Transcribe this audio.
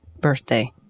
birthday